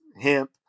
hemp